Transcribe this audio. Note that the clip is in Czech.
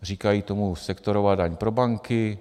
Říkají tomu sektorová daň pro banky.